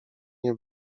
nie